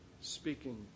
speaking